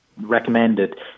recommended